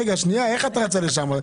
איך את רצה לשם?